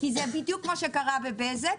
כי זה בדיוק מה שקרה בבזק.